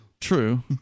True